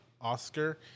Oscar